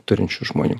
turinčių žmonių